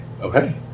Okay